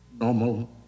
normal